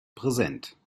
präsent